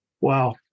Wow